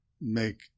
make